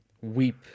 weep